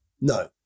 No